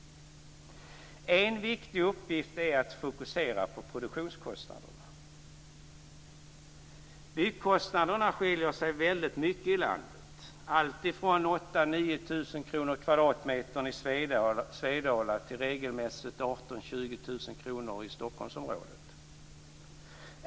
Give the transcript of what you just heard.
En viktig uppgift är att fokusera på produktionskostnaderna. Byggkostnaderna skiljer sig väldigt mycket i landet alltifrån 8 000-9 000 kr per kvadratmeter i Svedala till regelmässigt 18 000-20 000 kr i Stockholmsområdet.